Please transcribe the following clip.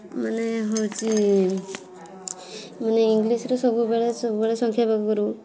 ମାନେ ହେଉଛି ମାନେ ଇଂଲିସ୍ରେ ସବୁବେଳେ ସବୁବେଳେ ସଂଖ୍ୟା ପାଖରୁ